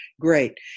great